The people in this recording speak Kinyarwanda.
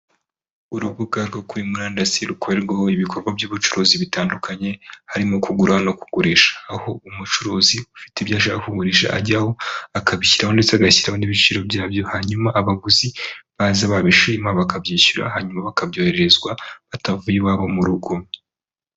Urubuga rwo kuri murandasi rukorerwaho ibikorwa by'ubucuruzi bitandukanye harimo kugura no kugurisha aho umucuruzi ufite ibyo ashaka kugurisha ajyaho akabishyiraho ndetse agashyiraho n'ibiciro byabyo, hanyuma abaguzi baza babishima bakabyishyura, hanyuma bakabyohererezwa batavuye iwabo mu rugo.